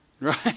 Right